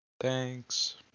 Thanks